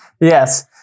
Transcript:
Yes